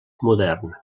modern